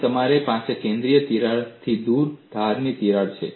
અને તમારી પાસે કેન્દ્રીય તિરાડથી દૂર ધારની તિરાડો છે